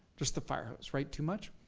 just the firehose, write too much.